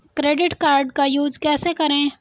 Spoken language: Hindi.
क्रेडिट कार्ड का यूज कैसे करें?